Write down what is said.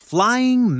Flying